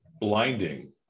blinding